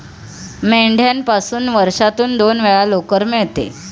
मेंढ्यापासून वर्षातून दोन वेळा लोकर मिळते